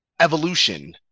evolution